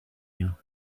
you